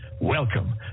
Welcome